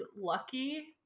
lucky